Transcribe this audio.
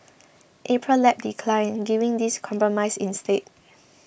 Apron Lab declined giving this compromise instead